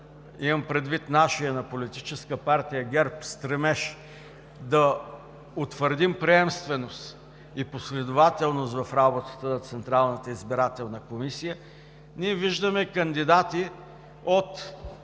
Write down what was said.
имам предвид на Политическа партия ГЕРБ, да утвърдим приемственост и последователност в работата на Централната избирателна комисия, ние виждаме кандидати от